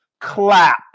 clap